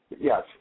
Yes